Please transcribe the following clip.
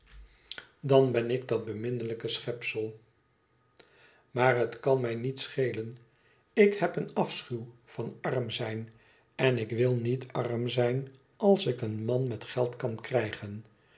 dan ben ik dat beminnelijke schepsel maar het kan mij niet schelen ik heb een afschuw van arm zijn en ik wil niet arm zijn als ik een man met geld kan krijgen